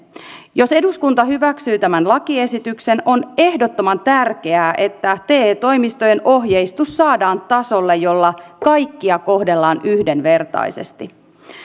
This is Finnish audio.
jos eduskunta hyväksyy tämän lakiesityksen on ehdottoman tärkeää että te toimistojen ohjeistus saadaan tasolle jolla kaikkia kohdellaan yhdenvertaisesti